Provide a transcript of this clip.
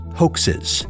hoaxes